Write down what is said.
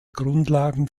grundlagen